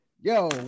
Yo